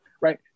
right